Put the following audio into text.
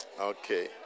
Okay